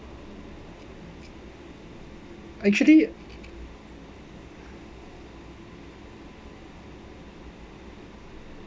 actually